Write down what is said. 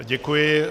Děkuji.